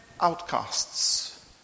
outcasts